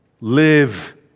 live